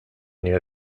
near